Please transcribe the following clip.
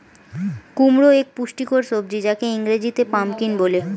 কুমড়ো এক পুষ্টিকর সবজি যাকে ইংরেজিতে পাম্পকিন বলে